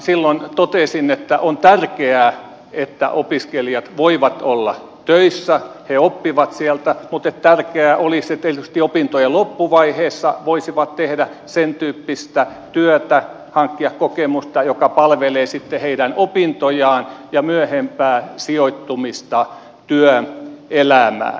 silloin totesin että on tärkeää että opiskelijat voivat olla töissä he oppivat sieltä mutta että tärkeää olisi että erityisesti opintojen loppuvaiheessa voisivat tehdä sen tyyppistä työtä hankkia kokemusta joka palvelee heidän opintojaan ja myöhempää sijoittumista työelämään